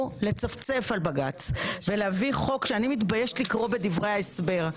לצפצף על בג"צ ולהביא חוק שאני מתביישת לקרוא בדברי ההסבר,